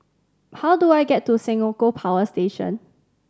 how do I get to Senoko Power Station